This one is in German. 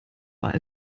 war